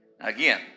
Again